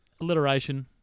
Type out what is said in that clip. Alliteration